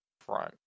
front